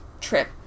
trip